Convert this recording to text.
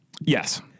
Yes